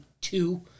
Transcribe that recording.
two